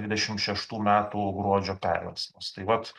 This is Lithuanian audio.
dvidešim šeštų metų gruodžio perversmas tai vat